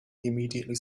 immediately